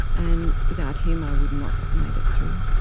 and without him i would not have made it through.